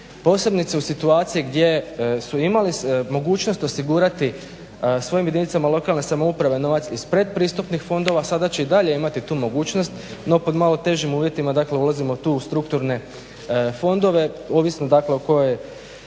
posebno u situaciji gdje su imali mogućnost osigurati svojim jedinicama lokalne samouprave novac iz pretpristupnih fondova, sada će i dalje imati tu mogućnost no pod malo težim uvjetima. Dakle ulazimo tu u strukturne fondove, ovisno dakle o